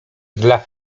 dla